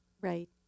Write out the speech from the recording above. Right